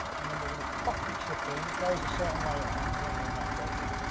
and then we're gonna pop the chip in. it goes a certain way around, there's only one way it goes in.